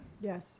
Yes